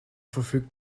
verfügt